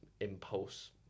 impulse